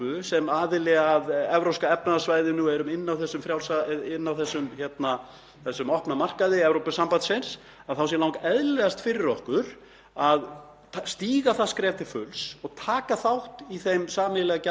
að stíga það skref til fulls og taka þátt í þeim sameiginlega gjaldmiðli sem þar hefur verið komið á fót. Það er langeðlilegasta skrefið fyrir þjóð í okkar stöðu. En það eru auðvitað önnur skref til. Við gætum tekið upp dollar eða sterlingspund